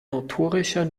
notorischer